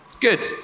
Good